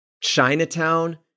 Chinatown